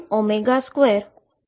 જે 12m2a2છે